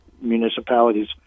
municipalities